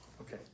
Okay